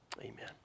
Amen